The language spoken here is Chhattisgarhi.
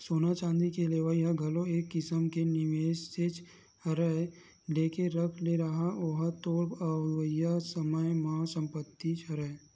सोना चांदी के लेवई ह घलो एक किसम के निवेसेच हरय लेके रख ले रहा ओहा तोर अवइया समे बर संपत्तिच हरय